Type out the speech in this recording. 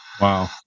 Wow